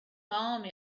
army